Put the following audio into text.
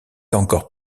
encore